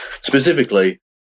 Specifically